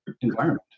environment